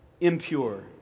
impure